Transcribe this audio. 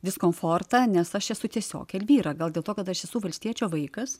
diskomfortą nes aš esu tiesiog elvyra gal dėl to kad aš esu valstiečio vaikas